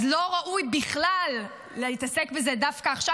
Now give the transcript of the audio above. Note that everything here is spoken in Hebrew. אז לא ראוי בכלל להתעסק בזה דווקא עכשיו.